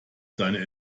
seine